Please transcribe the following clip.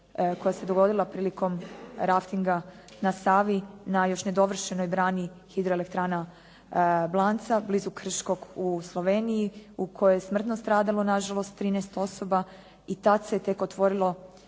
koja se dogodila prilikom raftinga na Savi na još ne dovršenoj brani hidroelektrana Blanca blizu Krškog u Sloveniji u kojoj je smrtno stradalo nažalost 13 osoba i tada se tek otvorilo